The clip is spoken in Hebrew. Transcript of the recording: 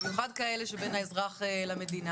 במיוחד כאלה שבין האזרח למדינה.